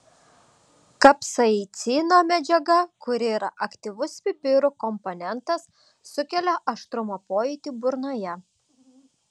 kapsaicino medžiaga kuri yra aktyvus pipirų komponentas sukelia aštrumo pojūtį burnoje